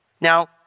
Now